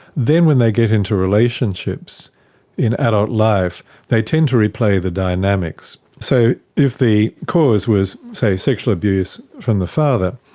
then when they get into relationships in adult life they tend to replay the dynamics. so if the cause was, say, sexual abuse from the father,